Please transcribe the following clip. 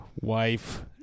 Wife